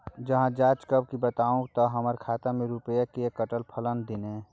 ज जॉंच कअ के बताबू त हमर खाता से रुपिया किये कटले फलना दिन?